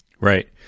Right